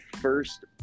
first